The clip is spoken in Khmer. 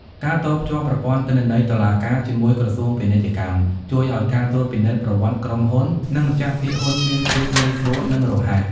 ការតភ្ជាប់ប្រព័ន្ធទិន្នន័យតុលាការជាមួយក្រសួងពាណិជ្ជកម្ម ជួយឱ្យការត្រួតពិនិត្យប្រវត្តិក្រុមហ៊ុន និងម្ចាស់ភាគហ៊ុនមានភាពងាយស្រួល និងរហ័ស។